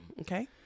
Okay